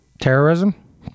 Terrorism